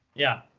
yeah.